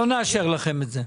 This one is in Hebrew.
לא נאשר לכם את זה.